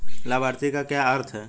लाभार्थी का क्या अर्थ है?